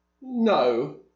No